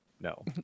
no